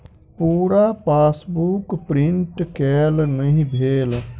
पूरा passbook print केल नहि भेल